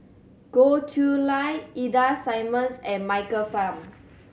Goh Chiew Lye Ida Simmons and Michael Fam